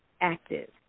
active